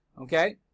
Okay